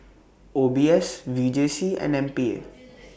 O B S V J C and M P A